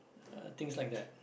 uh things like that